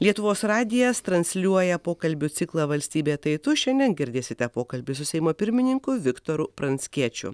lietuvos radijas transliuoja pokalbių ciklą valstybė tai tu šiandien girdėsite pokalbį su seimo pirmininku viktoru pranckiečiu